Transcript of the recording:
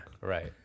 Right